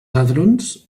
hadrons